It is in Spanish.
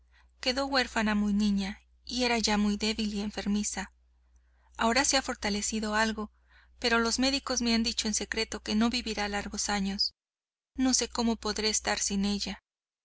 quedó huérfana muy niña y era ya muy débil y enfermiza ahora se ha fortalecido algo pero los médicos me han dicho en secreto que no vivirá largos años no sé cómo podré estar sin ella